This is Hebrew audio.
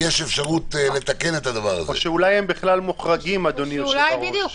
חלקן הן בעלות מעבדות או ציוד טכני.